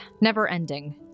never-ending